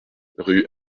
rue